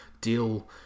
deal